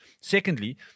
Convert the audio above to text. Secondly